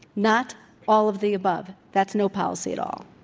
not all of the above. that's no policy at all.